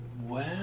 wow